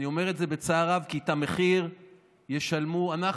אני אומר את זה בצער רב, כי את המחיר נשלם אנחנו,